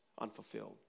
unfulfilled